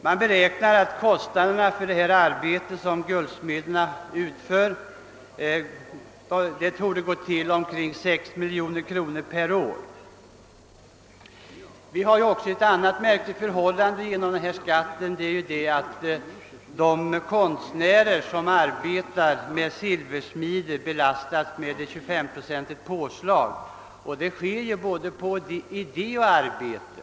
Man beräknar att kostnaderna för det arbete som guldsmederna utför uppgår till 6 miljoner kronor per år. Vi kan även notera ett annat märkligt förhållande som uppstår på grund av den utgående skatten; konstnärer som arbetar med silversmide belastas med ett 25-procentigt påslag. Detta påslag utgår därvidlag både på idé och arbete.